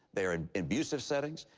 they're in abusive settings.